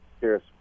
Cheers